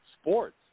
sports